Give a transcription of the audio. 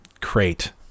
crate